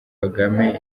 kagame